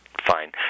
Fine